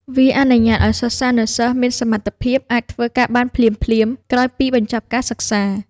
វាអនុញ្ញាតឱ្យសិស្សានុសិស្សមានសមត្ថភាពអាចធ្វើការបានភ្លាមៗក្រោយពីបញ្ចប់ការសិក្សា។